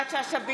יפעת שאשא ביטון,